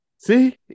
See